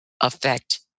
affect